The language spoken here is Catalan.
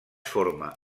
forma